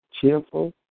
cheerful